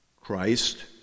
Christ